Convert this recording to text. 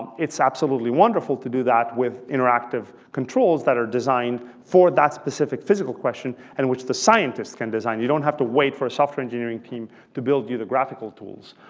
it's absolutely wonderful to do that with interactive controls that are designed for that specific physical question in which the scientists can design. you don't have to wait for a software engineering team to build you the graphical tools.